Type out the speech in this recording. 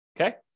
Okay